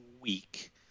week